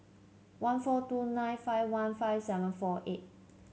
one four two nine five one five seven four eight